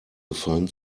gefallen